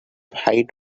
height